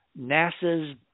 NASA's